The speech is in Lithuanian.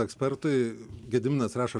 ekspertui gediminas rašo